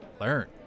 learn